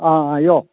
आं आं यो